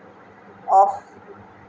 off